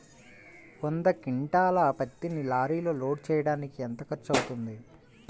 వంద క్వింటాళ్ల పత్తిని లారీలో లోడ్ చేయడానికి ఎంత ఖర్చవుతుంది?